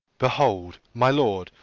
behold, my lord,